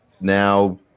now